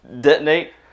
detonate